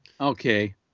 Okay